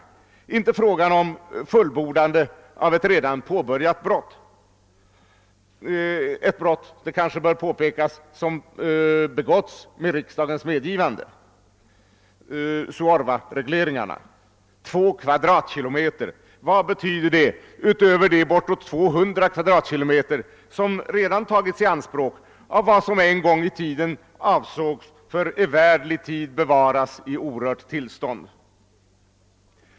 Det är inte fråga om fullbordandet av ett redan påbörjat brott — ett brott som har begåtts med riksdagens medgivande, det bör jag kanske påpeka — nämligen Suorvaregleringarna. Vad betyder 2 km? mot de bortåt 200 km? som redan har tagits i anspråk av det som en gång i tiden avsågs att för evärdlig tid bevaras i orört tillstånd?